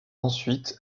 ensuite